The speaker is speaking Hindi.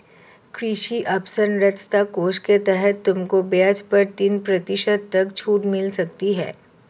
कृषि अवसरंचना कोष के तहत तुमको ब्याज पर तीन प्रतिशत तक छूट मिल सकती है